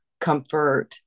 comfort